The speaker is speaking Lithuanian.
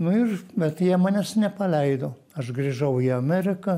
nu ir bet jie manęs nepaleido aš grįžau į ameriką